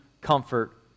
comfort